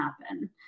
happen